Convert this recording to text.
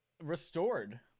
Restored